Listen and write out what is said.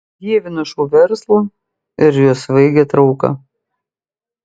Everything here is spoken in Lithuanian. dievinu šou verslą ir jo svaigią trauką